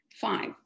Five